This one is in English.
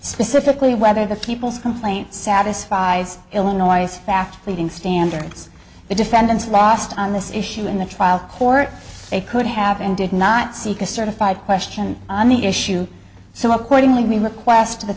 specifically whether the people's complaint satisfies illinois fact pleading standards the defendants lost on this issue in the trial court they could have and did not seek a certified question on the issue so accordingly we requested that the